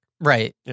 Right